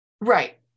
Right